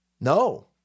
No